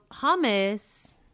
hummus